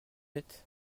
êtes